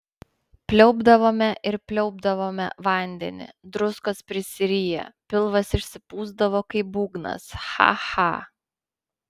pliaupdavome ir pliaupdavome vandenį druskos prisiriję pilvas išsipūsdavo kaip būgnas cha cha